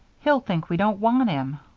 he'll think we don't want him.